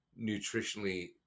nutritionally